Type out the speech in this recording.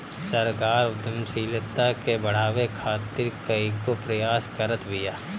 सरकार उद्यमशीलता के बढ़ावे खातीर कईगो प्रयास करत बिया